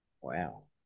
Wow